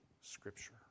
scripture